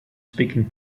speaking